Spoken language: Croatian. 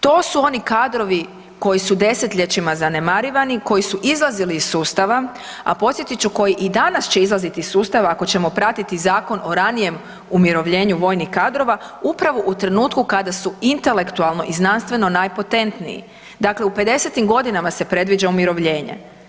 To su oni kadrovi koji su 10-ljećima zanemarivani, koji su izlazili iz sustava, a podsjetit ću koji i danas će izlaziti iz sustava ako ćemo pratiti zakon o ranijem umirovljenju vojnih kadrova upravo u trenutku kada su intelektualno i znanstveno najpotentniji, dakle u 50-tim godinama se predviđa umirovljenje.